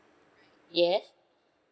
yes